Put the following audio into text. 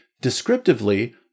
descriptively